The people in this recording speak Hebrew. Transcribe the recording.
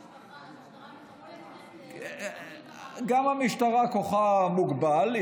המשטרה מחפשת, גם המשטרה, כוחה מוגבל.